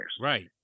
Right